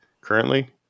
currently